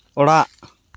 ᱚᱲᱟᱜ